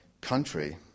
country